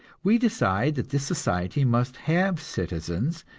we decide that this society must have citizens,